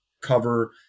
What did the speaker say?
cover